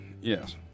Yes